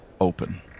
open